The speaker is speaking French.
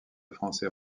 français